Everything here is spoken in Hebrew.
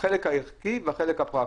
החלק הערכי והחלק הפרקטי.